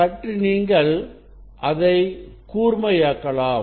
சற்று நீங்கள் அதை கூர்மையாக்கலாம்